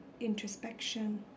introspection